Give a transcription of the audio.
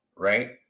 Right